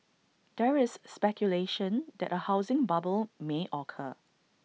there is speculation that A housing bubble may occur